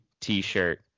T-shirt